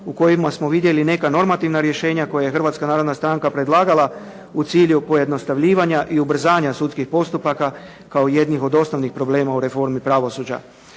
u kojima smo vidjeli neka normativna rješenja koje je Hrvatska narodna stranka predlagala u cilju pojednostavljivanja i ubrzanja sudskih postupaka kao jednih od osnovnih problema u reformi pravosuđa.